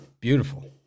Beautiful